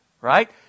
Right